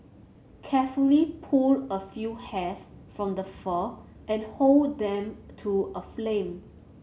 carefully pull a few hairs from the fur and hold them to a flame